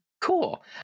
Cool